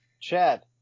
Chad